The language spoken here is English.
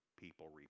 people